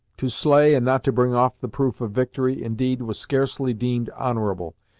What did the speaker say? to slay, and not to bring off the proof of victory, indeed, was scarcely deemed honorable,